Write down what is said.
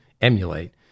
emulate